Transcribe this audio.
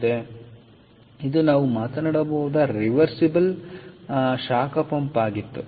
ಆದ್ದರಿಂದ ಇದು ನಾವು ಮಾತನಾಡಬಹುದಾದ ರಿವರ್ಸಿಬಲ್ ಶಾಖ ಪಂಪ್ ಆಗಿತ್ತು